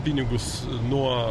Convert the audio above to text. pinigus nuo